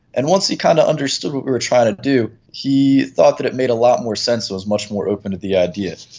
and once he kind of understood what we were trying to do, he thought that it made a lot more sense and was much more open to the idea.